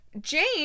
Jane